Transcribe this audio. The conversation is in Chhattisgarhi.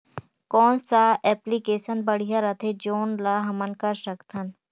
कौन सा एप्लिकेशन बढ़िया रथे जोन ल हमन कर सकथन?